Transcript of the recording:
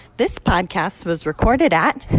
this podcast was recorded at.